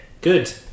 good